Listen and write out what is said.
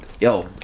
yo